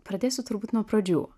pradėsiu turbūt nuo pradžių